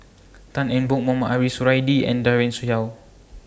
Tan Eng Bock Mohamed Ariff Suradi and Daren Shiau